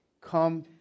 come